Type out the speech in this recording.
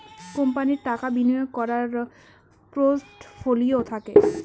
কোম্পানির টাকা বিনিয়োগ করার পোর্টফোলিও থাকে